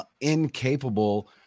incapable